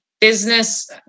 business